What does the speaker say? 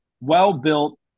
well-built